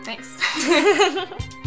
thanks